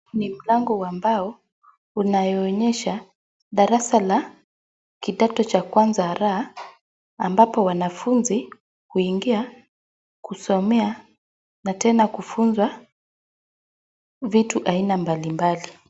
Ni mlango ambao unaonyesha darasa la kidato cha kwanza R, ambapo wanafunzi, huingia kusomea na tena kufunzwa vitu aina mbalimbali.